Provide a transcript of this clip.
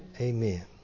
Amen